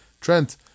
Trent